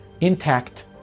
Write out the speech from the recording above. intact